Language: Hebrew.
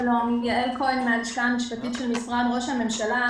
מן הלשכה המשפטית במשרד ראש הממשלה.